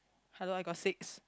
hello I got six